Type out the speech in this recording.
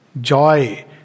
joy